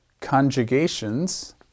conjugations